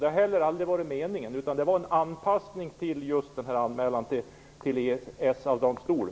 Det har inte heller varit meningen, utan det gäller en anpassning med anledning av den gjorda anmälningen till EFTA-domstolen.